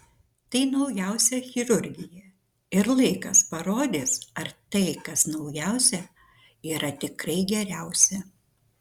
tai naujausia chirurgija ir laikas parodys ar tai kas naujausia yra tikrai geriausia